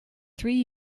three